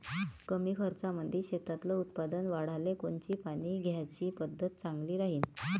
कमी खर्चामंदी शेतातलं उत्पादन वाढाले कोनची पानी द्याची पद्धत चांगली राहीन?